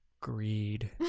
greed